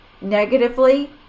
Negatively